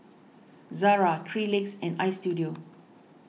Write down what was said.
Zara three Legs and Istudio